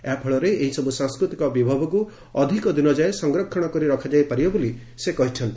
ଏହାଫଳରେ ଏହିସବୁ ସାଂସ୍କୃତିକ ବିଭବକୁ ଅଧିକ ଦିନଯାଏଁ ସଂରକ୍ଷଣ କରି ରଖାଯାଇପାରିବ ବୋଲି ସେ କହିଛନ୍ତି